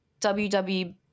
WW